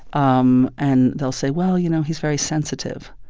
um and they'll say, well, you know, he's very sensitive.